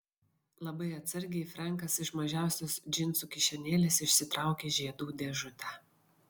labai atsargiai frenkas iš mažiausios džinsų kišenėlės išsitraukė žiedų dėžutę